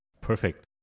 Perfect